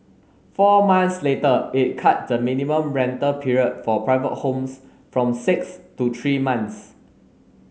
four months later it cut the minimum rental period for private homes from six to three months